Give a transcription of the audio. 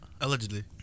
Allegedly